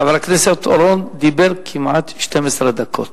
חבר הכנסת אורון דיבר כמעט 12 דקות,